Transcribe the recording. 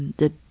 the